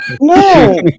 No